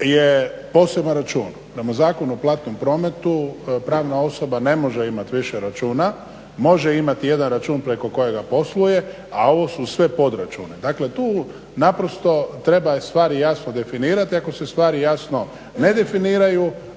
je poseban račun. Prema Zakonu o platnom prometu pravna osoba ne može imat više računa, može imati jedan račun preko kojega posluje, a ovo su sve podračuni. Dakle tu naprosto treba stvari jasno definirati, ako se stvari jasno ne definiraju